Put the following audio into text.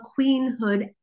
queenhood